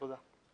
תודה.